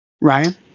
Ryan